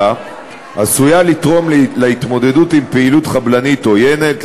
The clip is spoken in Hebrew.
עשויה לתרום להתמודדות עם פעילות חבלנית עוינת,